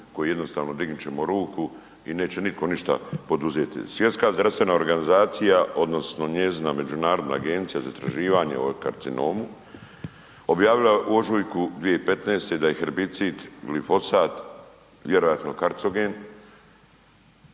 koju jednostavno dignut ćemo ruku i neće nitko ništa poduzeti. Svjetska zdravstvena organizacija odnosno njezina međunarodna agencija za istraživanje o karcinomu objavila je u ožujku 2015. da je herbicid glifosat vjerojatno karcogen